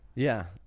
yeah.